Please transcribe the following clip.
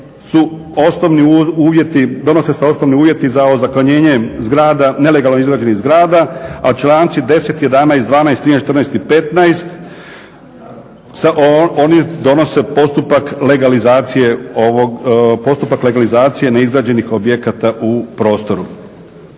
donose se osnovni uvjeti za ozakonjenjem nelegalno izgrađenih zgrada, a članci 10., 11., 12., 13., 14. i 15. oni donose postupak legalizacije neizgrađenih objekata u prostoru.